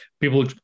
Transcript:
people